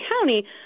County